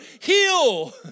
heal